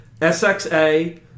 SXA